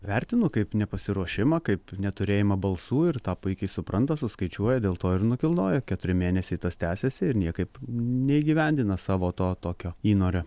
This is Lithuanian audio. vertinu kaip nepasiruošimą kaip neturėjimą balsų ir tą puikiai supranta suskaičiuoja dėl to ir nukilnoja keturi mėnesiai tas tęsiasi ir niekaip neįgyvendina savo to tokio įnorio